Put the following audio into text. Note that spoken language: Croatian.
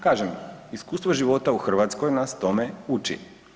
Kažem, iskustvo života u Hrvatskoj nas tome uči.